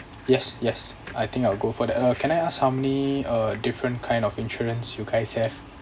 yes yes I think I will go for the uh can I ask how many uh different kind of insurance you guys have